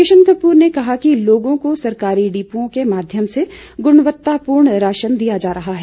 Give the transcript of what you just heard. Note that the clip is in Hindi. किशन कपूर ने कहा कि लोगों को सरकारी डिपुओं के माध्यम से गुणवत्तापूर्ण राशन दिया जा रहा है